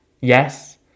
Yes